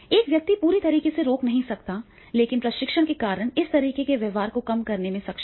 एक व्यक्ति पूरी तरह से रोक नहीं सकता है लेकिन प्रशिक्षण के कारण इस तरह के व्यवहार को कम करने में सक्षम होगा